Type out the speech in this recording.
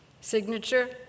Signature